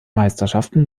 meisterschaften